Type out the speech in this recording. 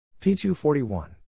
P241